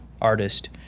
artist